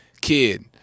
kid